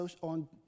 on